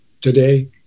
today